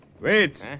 Wait